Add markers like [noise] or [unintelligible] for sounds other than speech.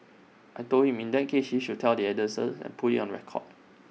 I Told him in that case he should tell the [unintelligible] and put IT on record